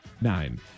Nine